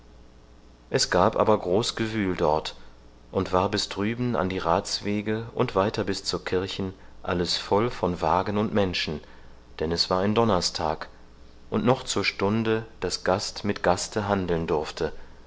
es gab aber groß gewühl dort und war bis drüben an die rathswaage und weiter bis zur kirchen alles voll von wagen und menschen denn es war ein donnerstag und noch zur stunde daß gast mit gaste handeln durfte